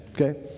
Okay